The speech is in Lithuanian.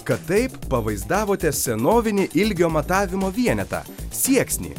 kad taip pavaizdavote senovinį ilgio matavimo vienetą sieksnį